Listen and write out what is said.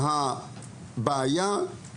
הבעיה היא